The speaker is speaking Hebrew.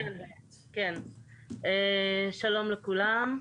שלום לכולם.